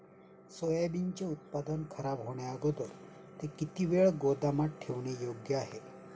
सोयाबीनचे उत्पादन खराब होण्याअगोदर ते किती वेळ गोदामात ठेवणे योग्य आहे?